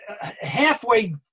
halfway